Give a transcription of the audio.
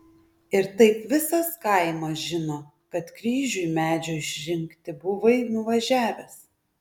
ir taip visas kaimas žino kad kryžiui medžio išrinkti buvai nuvažiavęs